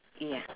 ya